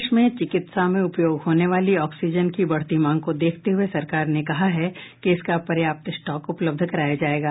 देश में चिकित्सा में उपयोग होने वाली ऑक्सीजन की बढ़ती मांग को देखते हुए सरकार ने कहा है कि इसका पर्याप्त स्टाक उपलब्ध कराया जाएगा